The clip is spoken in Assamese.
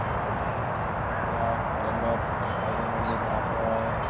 তাত হোটেলত খাই বৈ মেলি তাৰ পৰাই